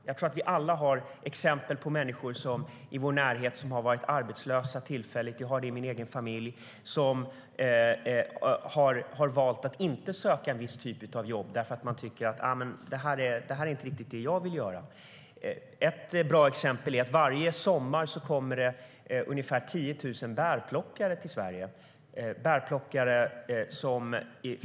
Jag tror att vi alla har exempel på människor i vår närhet som har varit tillfälligt arbetslösa - jag har det i min egen familj - och som har valt att inte söka en viss typ av jobb eftersom de tycker att det inte riktigt är det de vill göra. Ett bra exempel är att det varje sommar kommer ungefär 10 000 bärplockare till Sverige.